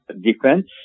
defense